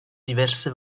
diverse